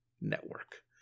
Network